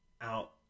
out